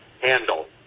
handle